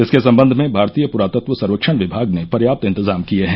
इसके सम्बन्ध में भारतीय प्रातत्व सर्वेक्षण विभाग ने पर्याप्त इंतजाम किए हैं